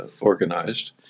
organized